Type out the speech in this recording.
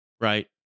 Right